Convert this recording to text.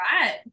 Right